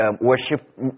worship